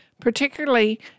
particularly